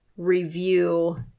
review